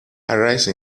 arise